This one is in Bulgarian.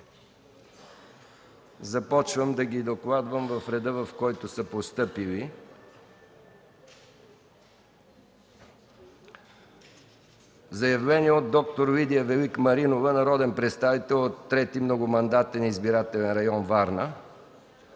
докладвам заявленията в реда, в който са постъпили. Заявление от д-р Лидия Велик Маринова – народен представител от 3. многомандатен избирателен район – Варна.